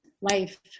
life